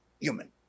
human